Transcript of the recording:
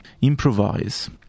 improvise